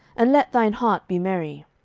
and let thine heart be merry.